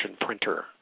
printer